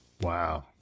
Wow